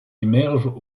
émergent